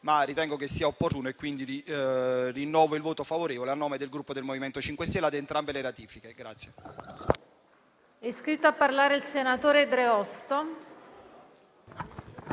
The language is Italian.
ritengo che ciò sia opportuno. Quindi rinnovo il voto favorevole a nome del Gruppo MoVimento 5 Stelle su entrambe le ratifiche.